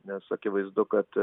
nes akivaizdu kad